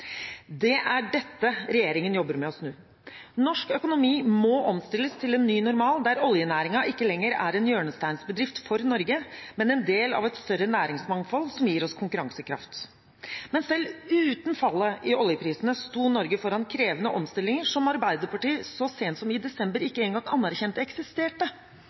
Dette jobber regjeringen med å snu. Norsk økonomi må omstilles til en ny normal der oljenæringen ikke lenger er en hjørnestensbedrift for Norge, men en del av et større næringsmangfold som gir oss konkurransekraft. Selv uten fallet i oljeprisene sto Norge foran krevende omstillinger som Arbeiderpartiet så sent som i desember ikke en gang anerkjente at eksisterte.